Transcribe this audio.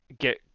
get